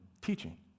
teaching